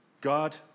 God